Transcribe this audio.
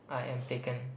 I am taken